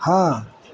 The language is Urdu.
ہاں